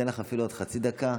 לך אפילו עוד חצי דקה.